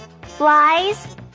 Flies